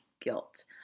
guilt